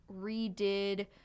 redid